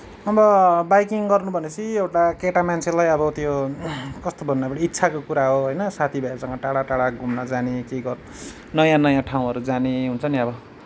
अब बाइकिङ गर्नु भनेपछि एउटा केटा मान्छेलाई अब त्यो कस्तो भन्नु अब इच्छाको कुरा हो होइन साथीभाइहरूसँग टाढा टाढा घुम्न जाने केही गर्ने नयाँ नयाँ ठाउँहरू जाने हुन्छ नि अब